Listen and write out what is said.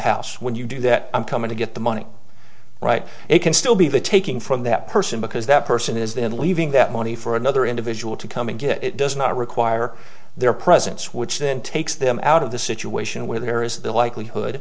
house when you do that i'm coming to get the money right it can still be the taking from that person because that person is then leaving that money for another individual to come and get it does not require their presence which then takes them out of the situation where there is the likelihood